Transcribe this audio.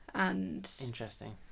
Interesting